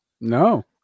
no